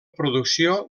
producció